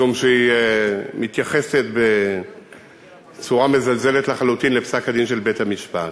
משום שהיא מתייחסת בצורה מזלזלת לחלוטין לפסק-הדין של בית-המשפט.